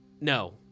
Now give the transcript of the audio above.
no